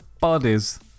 bodies